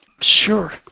Sure